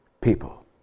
people